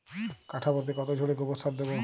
কাঠাপ্রতি কত ঝুড়ি গোবর সার দেবো?